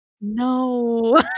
No